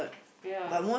ya